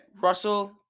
Russell